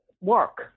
work